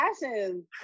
passions